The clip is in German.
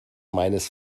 meines